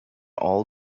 all